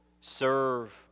Serve